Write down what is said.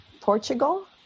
Portugal